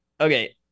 okay